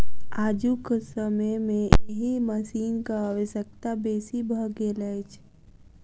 आजुक समय मे एहि मशीनक आवश्यकता बेसी भ गेल अछि